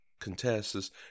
contests